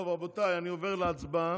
טוב, רבותיי, אני עובר להצבעה.